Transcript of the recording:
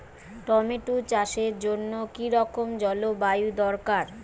Tomato চাষের জন্য কি রকম জলবায়ু দরকার?